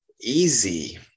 easy